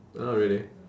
not really